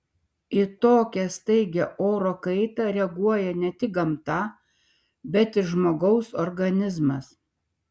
į tokią staigią oro kaitą reaguoja ne tik gamta bet ir žmogaus organizmas